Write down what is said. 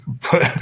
put